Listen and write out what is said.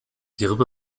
gerippe